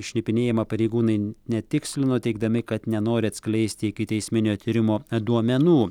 šnipinėjimą pareigūnai netikslino teigdami kad nenori atskleisti ikiteisminio tyrimo duomenų